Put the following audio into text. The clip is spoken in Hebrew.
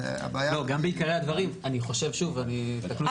אז הבעיה --- גם בעיקרי הדברים אני חושב שוב -- אם